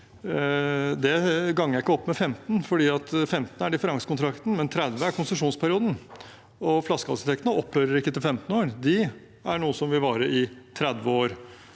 året ganger jeg ikke med 15. 15 er differansekontrakten, mens 30 er konsesjonsperioden, og flaskehalsinntektene opphører ikke etter 15 år. De er noe som vil vare i 30 år.